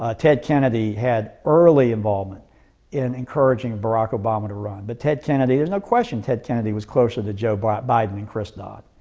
ah ted kennedy had early involvement in encouraging barack obama to run, but ted kennedy there's no question ted kennedy was closer to joe biden and chris dodd.